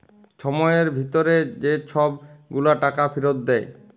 ছময়ের ভিতরে যে ছব গুলা টাকা ফিরত দেয়